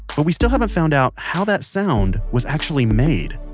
but we still haven't found out how that sound was actually made?